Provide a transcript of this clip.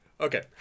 Okay